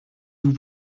vous